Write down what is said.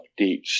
updates